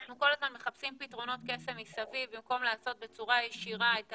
אנחנו כל הזמן מחפשים פתרונות קסם מסביב במקום לעשות בצורה ישירה את